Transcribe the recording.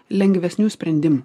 lengvesnių sprendimų